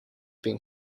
been